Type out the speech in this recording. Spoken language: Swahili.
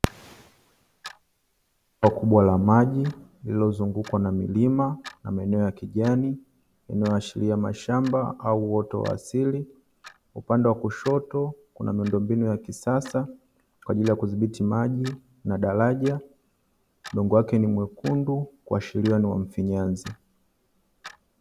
Eneo kubwa la maji lililozungukwa na milima na maeneo ya kijani yanayoashiria mashamba au uoto wa asili, upande wa kushoto kuna miundombinu ya kisasa kwa ajili ya kudhibiti maji na daraja, udongo wake ni mwekundu kuashiria ni wa mfinyanzi.